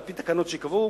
על-פי תקנות שייקבעו,